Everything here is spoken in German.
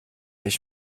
ich